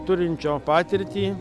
turinčio patirtį